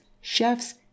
chefs